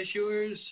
issuers